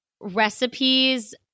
recipes